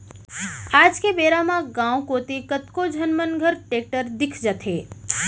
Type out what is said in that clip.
आज के बेरा म गॉंव कोती कतको झन मन घर टेक्टर दिख जाथे